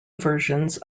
versions